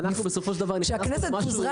לגבי הנושא של דמי